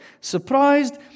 Surprised